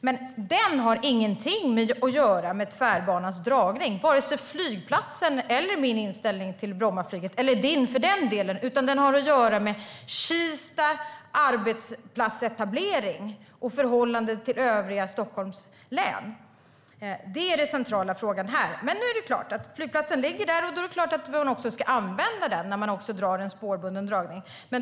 Men den har ingenting att göra med Tvärbanans dragning - vare sig flygplatsen eller min inställning till Brommaflyget, eller din för den delen - utan den har att göra med Kista arbetsplatsetablering och förhållandet till övriga Stockholms län. Det är den centrala frågan här. Men flygplatsen ligger där, och då är det klart att man ska använda den när man drar spårbunden trafik.